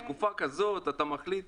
בתקופה כזאת אתה מחליט